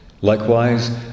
Likewise